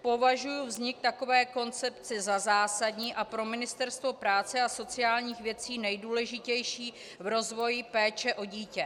Považuji vznik takové koncepce za zásadní a pro Ministerstvo práce a sociálních věcí nejdůležitější v rozvoji péče o dítě.